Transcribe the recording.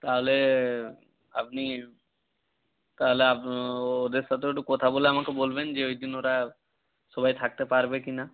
তাহলে আপনি তাহলে ওদের সাথেও একটু কথা বলে আমাকে বলবেন যে ওই দিন ওরা সবাই থাকতে পারবে কিনা